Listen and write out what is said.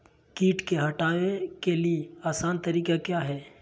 किट की हटाने के ली आसान तरीका क्या है?